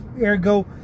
ergo